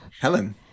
Helen